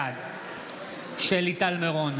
בעד שלי טל מירון,